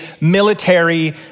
military